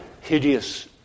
hideous